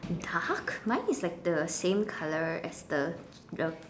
dark mine is like the same colour as the the